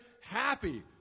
happy